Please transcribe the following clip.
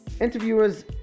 interviewers